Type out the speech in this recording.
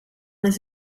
this